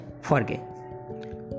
forget